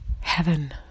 heaven